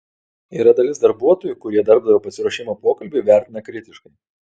yra dalis darbuotojų kurie darbdavio pasiruošimą pokalbiui vertina kritiškai